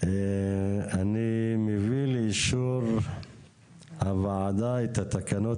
אני מביא לאישור הוועדה את התקנות